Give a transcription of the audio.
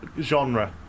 genre